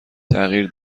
تغییر